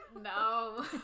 No